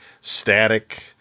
static